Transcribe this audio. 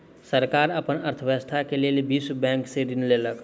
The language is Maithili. सरकार अपन अर्थव्यवस्था के लेल विश्व बैंक से ऋण लेलक